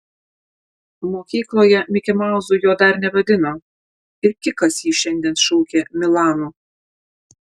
mokykloje mikimauzu jo dar nevadino ir kikas jį šiandien šaukė milanu